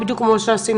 בדיוק כפי שעשינו